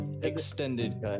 extended